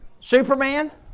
Superman